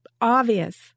obvious